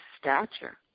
stature